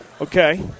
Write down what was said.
Okay